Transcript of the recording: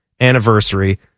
anniversary